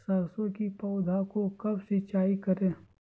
सरसों की पौधा को कब सिंचाई करे?